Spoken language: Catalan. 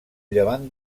llevant